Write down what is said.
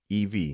EV